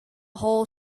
whole